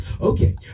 Okay